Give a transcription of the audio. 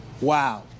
wow